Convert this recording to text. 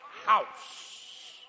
house